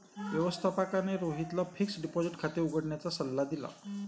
व्यवस्थापकाने रोहितला fixed deposit खाते उघडण्याचा सल्ला दिला